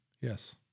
Yes